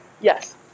yes